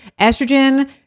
estrogen